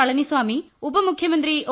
പളനി സ്വാമി ഉപമുഖ്യമന്ത്രി ഒ